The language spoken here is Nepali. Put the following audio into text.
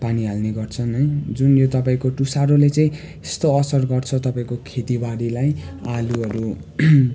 पानी हाल्ने गर्छन् है जुन यो तपाईँको तुसारोले चाहिँ यस्तो असर गर्छ तपाईँको खेतीबारीलाई आलुहरू